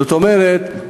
זאת אומרת,